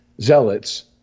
zealots